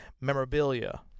memorabilia